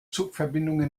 zugverbindungen